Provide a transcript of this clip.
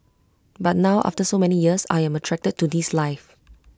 but now after so many years I'm attracted to this life